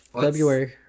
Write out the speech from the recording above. february